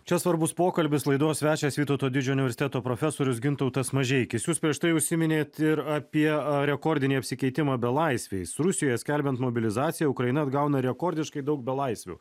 čia svarbus pokalbis laidos svečias vytauto didžiojo universiteto profesorius gintautas mažeikis jūs prieš tai užsiminėt ir apie rekordinį apsikeitimą belaisviais rusijoje skelbiant mobilizaciją ukraina atgauna rekordiškai daug belaisvių